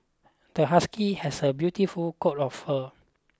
the husky has a beautiful coat of fur